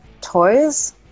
toys